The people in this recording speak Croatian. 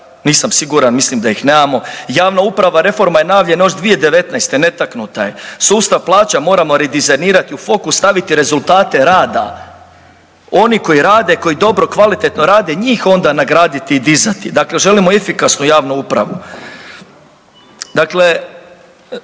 nisam siguran mislim da ih nemamo. Javna uprava reforma je najavljena još 2019. netaknuta je. Sustav plaća moramo redizajnirati i u fokus staviti rezultate rada. Oni koji rade, koji dobro i kvalitetno rade njih onda nagraditi i dizati, dakle želimo efikasnu javnu upravu.